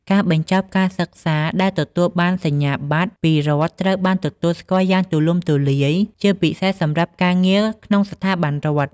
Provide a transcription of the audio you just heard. ការបញ្ចប់ការសិក្សាដែលទទួលបានសញ្ញាបត្រពីរដ្ឋត្រូវបានទទួលស្គាល់យ៉ាងទូលំទូលាយ ជាពិសេសសម្រាប់ការងារក្នុងស្ថាប័នរដ្ឋ។